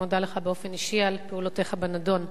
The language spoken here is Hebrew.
אני מודה לך באופן אישי על פעולותיך בנדון.